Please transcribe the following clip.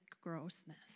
grossness